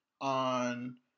On